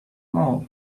mob